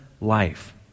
life